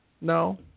No